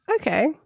Okay